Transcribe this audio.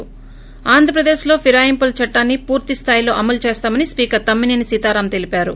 ి ఆంధ్రప్రదేశ్లో ఫిరాయింపుల చట్టాన్ని పూర్తి స్టాయిలో అమలు చేస్తామని స్పీకర్ తమ్మి సేని సీతారాం తెలిపారు